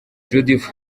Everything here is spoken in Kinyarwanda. judith